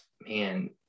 man